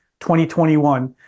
2021